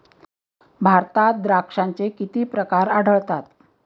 भारतात द्राक्षांचे किती प्रकार आढळतात?